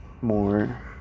more